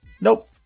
Nope